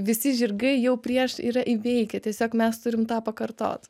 visi žirgai jau prieš yra įveikę tiesiog mes turim tą pakartot